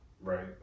Right